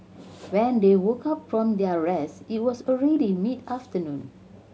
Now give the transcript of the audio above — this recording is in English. when they woke up from their rest it was already mid afternoon